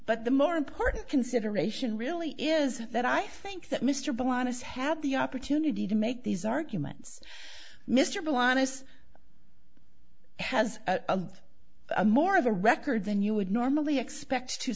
but the more important consideration really is that i think that mr bonus have the opportunity to make these arguments mr bill honest has a more of a record than you would normally expect to